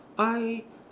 I